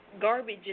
garbage